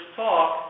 talk